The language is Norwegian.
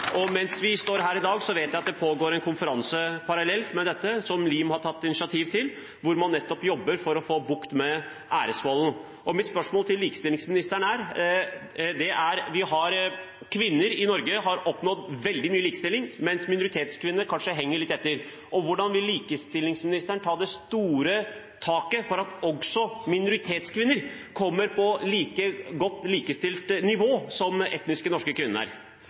Mens vi står her i dag, vet jeg at det parallelt pågår en konferanse som LIM har tatt initiativ til, hvor man nettopp jobber for å få bukt med æresvold. Mitt spørsmål til likestillingsministeren går på at kvinner i Norge har oppnådd stor grad av likestilling, men minoritetskvinnene henger kanskje litt etter. Hvordan vil likestillingsministeren ta det store taket for at også minoritetskvinner skal komme på samme likestilte nivå som etnisk norske kvinner?